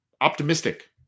optimistic